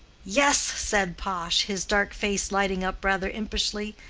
yes, said pash, his dark face lighting up rather impishly,